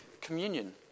Communion